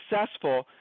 successful